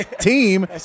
team